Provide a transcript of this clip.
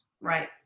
right